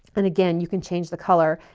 and again, you can change the color.